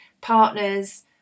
partners